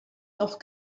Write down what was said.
noch